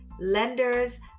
lenders